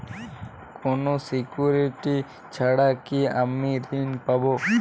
কোনো সিকুরিটি ছাড়া কি আমি ঋণ পাবো?